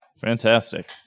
Fantastic